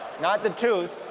not the tooth